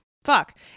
Fuck